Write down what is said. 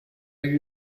you